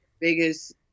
Biggest